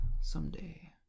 someday